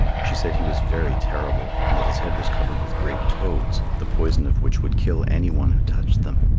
she said he was very terrible, and that his head was covered with great toads, the poison of which would kill any one who touched them.